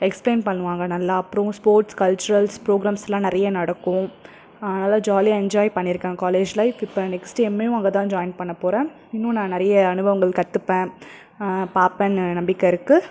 explain பண்ணுவாங்கள் நல்லா அப்புறோம் ஸ்போர்ட்ஸ் கல்ச்சுரல்ஸ் ப்ரோக்ராம்ஸ்லாம் நிறையா நடக்கும் அதனால் ஜாலியாக என்ஜாய் பண்ணிருக்கேன் காலேஜ் லைஃப் இப்போ நெக்ஸ்டு எம்ஏவும் அங்கே தான் ஜாயின் பண்ண போகிறன் இன்னு நான் நிறைய அனுபவங்கள் கத்துப்பன் பார்ப்பன்னு நம்பிக்கை இருக்குது